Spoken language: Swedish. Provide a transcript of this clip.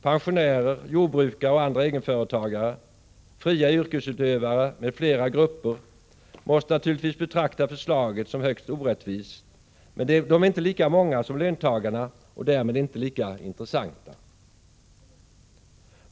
Pensionärer, jordbrukare och andra egenföretagare, fria yrkesutövare och andra grupper måste naturligtvis betrakta förslaget som högst orättvist, men de är inte lika många som löntagarna och därmed inte lika intressanta.